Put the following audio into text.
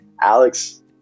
Alex